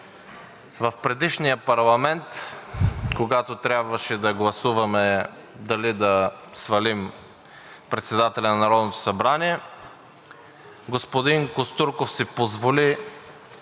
В предишния парламент, когато трябваше да гласуваме дали да свалим председателя на Народното събрание, господин Костурков си позволи